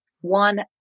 One